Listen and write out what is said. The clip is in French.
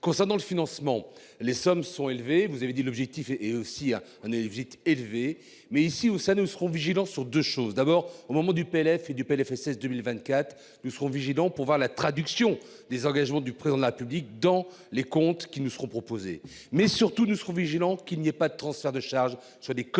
qui est importante. Concernant le financement. Les sommes sont élevés. Vous avez dit, l'objectif est aussi à un et visite élevé mais ici où ça nous serons vigilants sur 2 choses, d'abord au moment du PLF et du PLFSS 2024 nous serons vigilants pour voir la traduction des engagements du président de la République dans les comptes qui nous seront proposés mais surtout nous serons vigilants qu'il n'ait pas de transfert de charges sur les collectivités